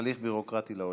הליך ביורוקרטי לעולים,